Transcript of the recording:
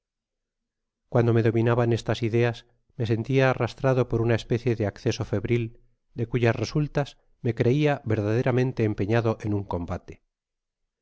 cuando me dominaban estas ideas me sentia arrastrado por una especie de acceso febril de cuyas resultas me creia verdaderamente empeñado en un combate